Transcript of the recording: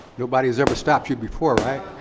nobody's ever stopped you before, right?